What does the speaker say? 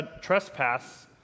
trespass